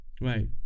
Right